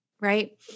right